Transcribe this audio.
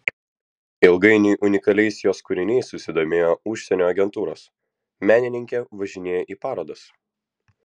ilgainiui unikaliais jos kūriniais susidomėjo užsienio agentūros menininkė važinėja į parodas